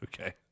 okay